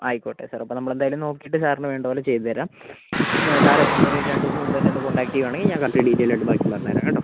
ആയിക്കോട്ടെ സാർ അപ്പോൾ നമ്മളെന്തായാലും നോക്കിയിട്ട് സാറിന് വേണ്ടപോലെ ചെയ്ത് തരാം സാറെത്തുന്നതിനൊരു രണ്ട് ദിവസം മുമ്പ് എന്നെയൊന്ന് കോണ്ടാക്ട് ചെയ്യുകയാണെങ്കിൽ ഞാൻ കറക്ട് ഡീറ്റെയിലായിട്ട് ഞാൻ പറഞ്ഞ് തരാം കേട്ടോ